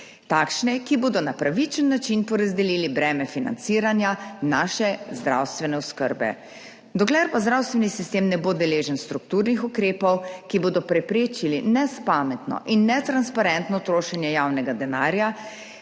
takšne, ki bodo na pravičen način porazdelili breme financiranja naše zdravstvene oskrbe. Dokler pa zdravstveni sistem ne bo deležen strukturnih ukrepov, ki bodo preprečili nespametno in netransparentno trošenje javnega denarja,